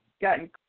gotten